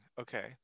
okay